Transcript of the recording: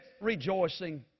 rejoicing